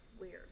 weird